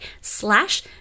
slash